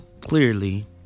clearly